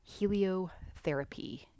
heliotherapy